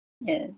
Yes